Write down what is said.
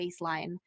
baseline